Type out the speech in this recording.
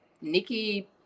Nikki